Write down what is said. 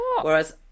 Whereas